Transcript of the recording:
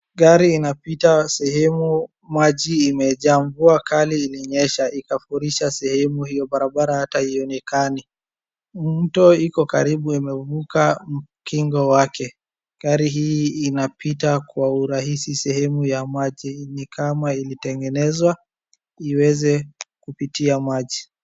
Gari inapita sehemu maji imejaa. Mvua kali ilinyesha ikafurisha sehemu hio. Barabara ata haionekani. Mto iko karibu imevuka ukingo wake. Gari hii inapita kwa urahisi sehemu ya maji ni kama ilitegenezwa iweze kupitia maji.